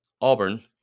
Auburn